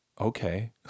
Okay